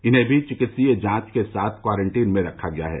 इन्हें भी चिकित्सकीय जाँच के साथ क्वारन्टीन में रखा गया है